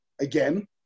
Again